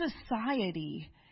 society